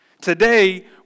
Today